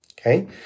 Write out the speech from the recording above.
Okay